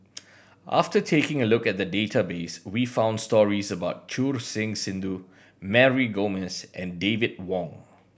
after taking a look at the database we found stories about Choor Singh Sidhu Mary Gomes and David Wong